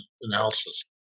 analysis